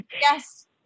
Yes